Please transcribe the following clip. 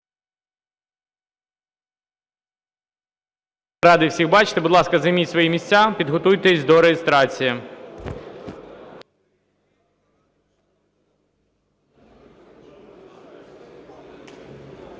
радий всіх бачити. Будь ласка, займіть свої місця, підготуйтеся до реєстрації.